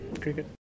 cricket